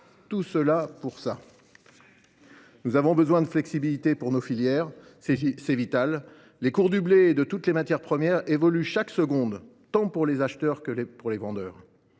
tout ça pour ça… Nos filières ont besoin de flexibilité, c’est vital : les cours du blé et de toutes les matières premières évoluent chaque seconde, tant pour les acheteurs que pour les vendeurs.